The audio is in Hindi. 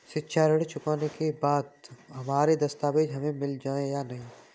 शिक्षा ऋण चुकाने के बाद हमारे दस्तावेज हमें मिल जाएंगे या नहीं?